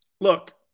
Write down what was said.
Look